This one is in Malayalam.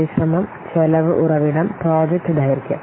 പരിശ്രമം ചെലവ് ഉറവിടം പ്രോജക്റ്റ് ദൈർഘ്യം